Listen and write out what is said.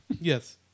Yes